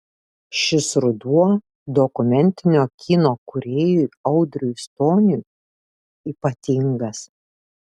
šis ruduo dokumentinio kino kūrėjui audriui stoniui ypatingas